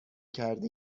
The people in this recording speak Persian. کردی